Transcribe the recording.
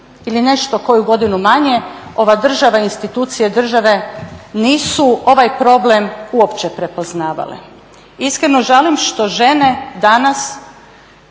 ili nešto koju godinu manje ova država, institucije države nisu ovaj problem uopće prepoznavale. Iskreno žalim što žene danas,